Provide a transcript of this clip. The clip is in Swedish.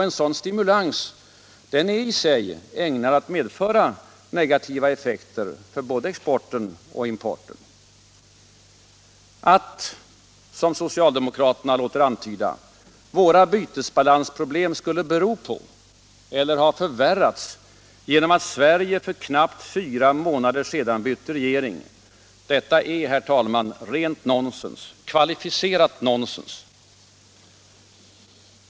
En sådan stimulans är i sig ägnad att medföra vissa negativa effekter för både exporten och importen. Att, som socialdemokraterna låter antyda, våra bytesbalansproblem skulle bero på eller ha förvärrats genom att Sverige för knappt fyra månader sedan bytt regering är, herr talman, rent nonsens — kvalificerat nonsens.